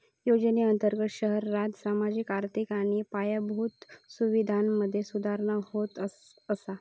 योजनेअंर्तगत शहरांत सामाजिक, आर्थिक आणि पायाभूत सुवीधांमधे सुधारणा होत असा